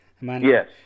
Yes